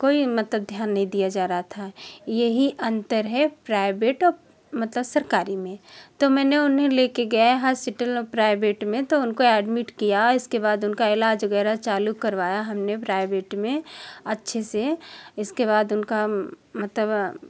कोई मतलब ध्यान नहीं दिया जा रहा था ये ही अंतर है प्राइवेट और मतलब सरकारी में तो मैंने उन्हें लेके गए हॉस्पिटल प्राइवेट में तो उनको एडमिट किया इसके बाद उनका इलाज वगैरह चालू करवाया हमने प्राइवेट में अच्छे से इसके बाद उनका मतलब